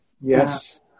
Yes